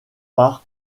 par